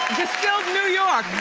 distilled new york.